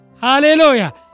Hallelujah